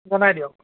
বনাই দিয়ক